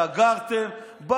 סגרתם.